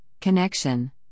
connection